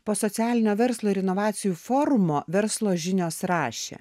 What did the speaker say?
po socialinio verslo ir inovacijų forumo verslo žinios rašė